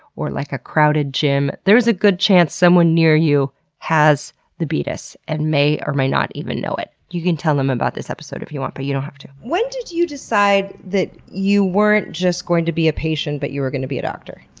or like a crowded gym, there's a good chance someone near you has the beetus, and may or may not even know it. you can tell them about this episode if you want, but you don't have to. when did you decide that you weren't just going to be a patient, but you were going to be a doctor?